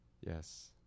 yes